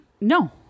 No